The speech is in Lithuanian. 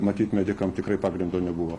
matyt medikam tikrai pagrindo nebuvo